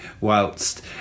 whilst